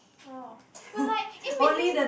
oh but like in between